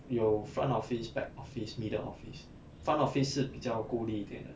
有 front office back office middle office front office 是比较够力一点的